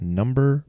number